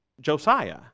josiah